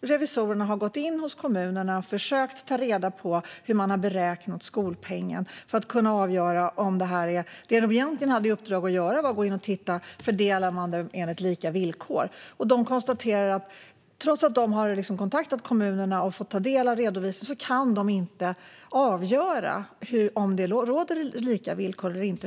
Revisorerna har gått in hos kommunerna och försökt att ta reda på hur man har beräknat skolpengen för att kunna avgöra detta. Det de egentligen hade i uppdrag att göra var att gå in och se om fördelningen skedde enligt lika villkor. Revisorerna konstaterar att de, trots att de har kontaktat kommunerna och fått ta del av redovisningen, inte kan avgöra om det råder lika villkor eller inte.